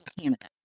Canada